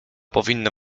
powinno